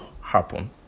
happen